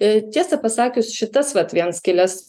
i tiesą pasakius šitas vat vien skyles